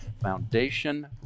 Foundation